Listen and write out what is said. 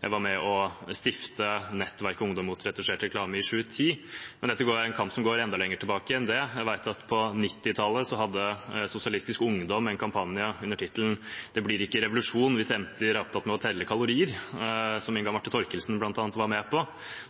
jeg i 2010 var med på å stifte nettverket Ungdom mot retusjert reklame. Men dette er en kamp som går enda lenger tilbake enn det. Jeg vet at Sosialistisk Ungdom på 1990-tallet hadde en kampanje under tittelen Det blir ikke revolusjon så lenge jenter bare teller kalorier, som bl.a. Inga Marte Thorkildsen var med på.